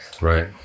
Right